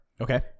Okay